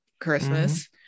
Christmas